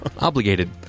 obligated